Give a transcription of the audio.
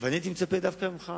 הייתי מצפה דווקא ממך